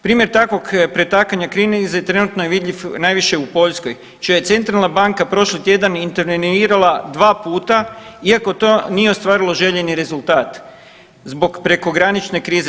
Primjer takvog pretakanja krize trenutno je vidljiv najviše u Poljskoj čija je Centralna banka prošli tjedan intervenirala dva puta iako to nije ostvarilo željeni rezultat zbog prekogranične krize.